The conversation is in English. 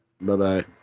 Bye-bye